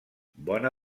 bona